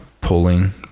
pulling